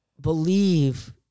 believe